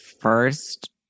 first